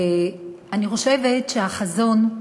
אני חושבת שהחזון,